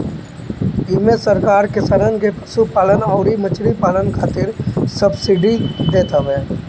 इमे सरकार किसानन के पशुपालन अउरी मछरी पालन खातिर सब्सिडी देत हवे